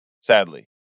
sadly